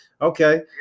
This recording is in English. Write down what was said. okay